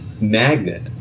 magnet